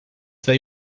they